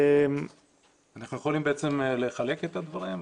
--- אנחנו יכולים לחלק את הדברים?